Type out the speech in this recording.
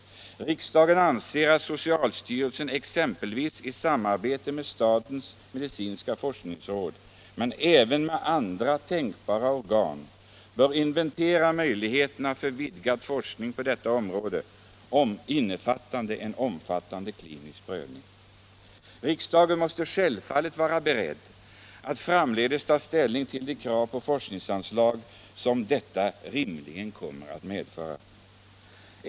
Riksdagen anser, att socialstyrelsen exempelvis i samarbete med statens medicinska forskningsråd, men även med andra tänkbara organ, bör inventera möjligheterna för vidgad forskning på detta område, innefattande en omfattande klinisk prövning. Riksdagen måste självfallet vara beredd att framdeles ta ställning till de krav på forskningsanslag som detta rimligen kommer att medföra.